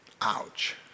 Ouch